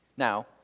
Now